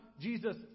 Jesus